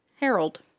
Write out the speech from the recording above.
Harold